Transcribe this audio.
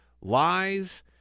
lies